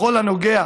בכל הנוגע